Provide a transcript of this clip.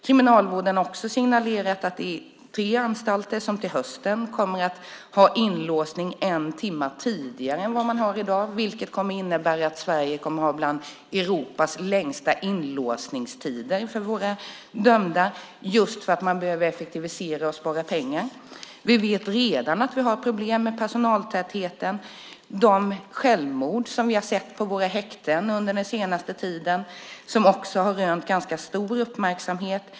Kriminalvården har också signalerat att tre anstalter till hösten kommer att ha inlåsning en timme tidigare än vad man har i dag, vilket kommer att innebära att Sverige får en av Europas längsta inlåsningstider för våra dömda - just för att man behöver effektivisera och spara pengar. Vi vet redan att vi har problem med personaltätheten. De självmord vi har sett på våra häkten under den senaste tiden har rönt ganska stor uppmärksamhet.